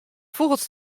fûgels